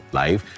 life